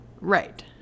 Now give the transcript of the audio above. Right